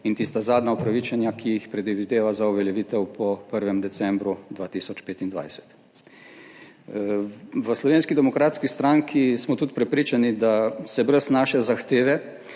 in tista zadnja upravičenja, ki jih predvideva za uveljavitev po 1. decembru 2025. V Slovenski demokratski stranki smo tudi prepričani, da se brez naše zahteve